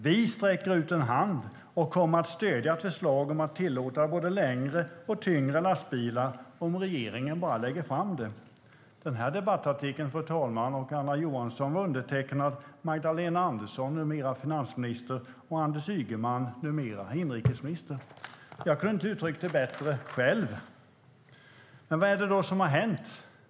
Vi sträcker ut en hand - och kommer att stödja ett förslag om att tillåta både längre och tyngre lastbilar om regeringen lägger fram det. "Vad är det då som har hänt?